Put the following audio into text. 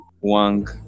Wang